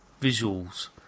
visuals